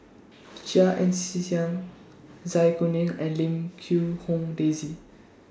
Chia Ann C Siang Zai Kuning and Lim Quee Hong Daisy